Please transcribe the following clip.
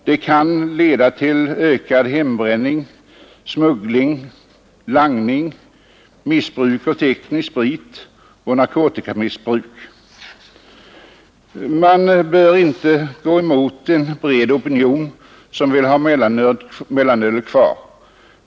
De kan leda till ökad hembränning, smuggling, langning, missbruk av teknisk sprit och narkotikamissbruk. Man bör inte gå emot en bred opinion som vill ha kvar mellanölet.